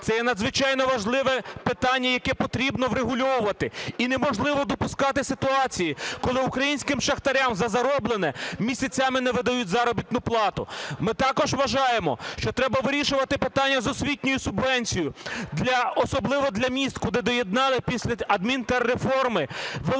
це є надзвичайно важливе питання, яке потрібно врегульовувати. І неможливо допускати ситуації, коли українським шахтарям за зароблене місяцями не видають заробітну плату. Ми також вважаємо, що треба вирішувати питання з освітньою субвенцією, особливо для міст, куди доєднали після адмінтерреформи величезну